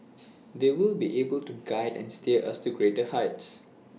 they will be able to guide and steer us to greater heights